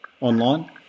online